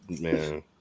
man